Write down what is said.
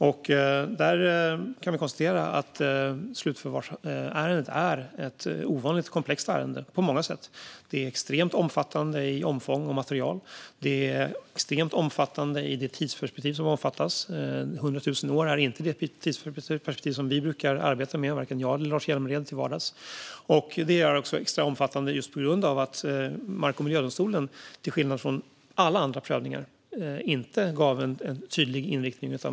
Vi kan konstatera att slutförvarsärendet är ett ovanligt komplext ärende på många sätt. Det är extremt omfattande i omfång och material. Det tidsperspektiv som omfattas är extremt. Hundra tusen år är inte det tidsperspektiv som vare sig jag eller Lars Hjälmered brukar arbeta med till vardags. Det är också extra omfattande just på grund av att mark och miljödomstolen, till skillnad från alla andra prövningar, inte gav en tydlig inriktning.